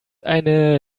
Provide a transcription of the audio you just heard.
eine